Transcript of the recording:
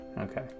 Okay